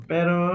Pero